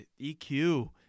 EQ